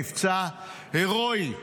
מבצע הירואי,